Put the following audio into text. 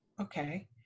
okay